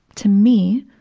to me,